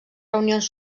reunions